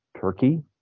Turkey